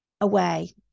away